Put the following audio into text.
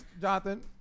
Jonathan